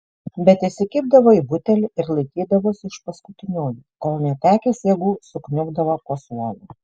bet įsikibdavo į butelį ir laikydavosi iš paskutiniųjų kol netekęs jėgų sukniubdavo po suolu